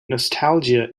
nostalgia